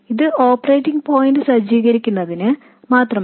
ഇത് operating point സജ്ജീകരിക്കുന്നതിന് മാത്രമാണ്